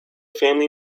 family